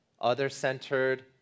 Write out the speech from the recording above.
other-centered